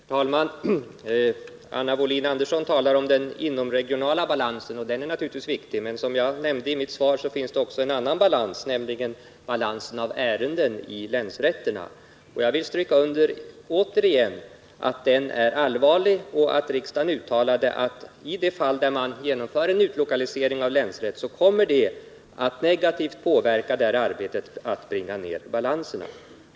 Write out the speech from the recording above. Herr talman! Anna Wohlin-Andersson talar om den inomregionala balansen. Den är naturligtvis viktig, men som jag nämnde i mitt svar finns det också en annan balans, nämligen balansen av ärenden i länsrätterna. Jag vill återigen stryka under att den är allvarlig och att riksdagen uttalade, att i de fall där man genomför en utlokalisering av länsrätten kommer det att negativt 117 påverka arbetet att bringa ned balanserna.